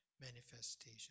manifestation